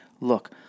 look